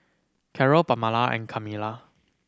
Carrol Pamala and Camila